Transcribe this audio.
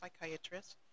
psychiatrist